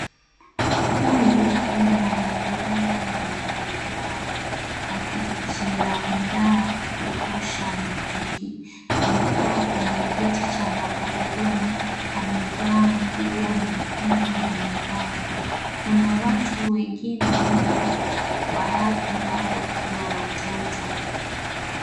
Huyu ni mwanariadha mwenye ulemavu, akijiandaa kurusha mkuki. Amekaa kwenye kiti cha magurudumu. Amevaa nguo nyekundu na miwani. Kuna watu wengine nyuma, baadhi yao wakiwa watoto.